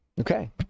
Okay